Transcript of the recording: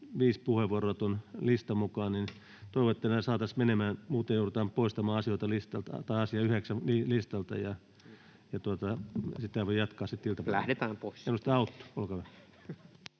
puheenvuoroa tuon listan mukaan, niin että toivon, että ne saataisiin menemään. Muuten joudutaan poistamaan asia 9 listalta, ja sittenhän voi jatkaa iltapäivällä. [Timo Heinonen: Lähdetään pois!] — Edustaja Autto, olkaa hyvä.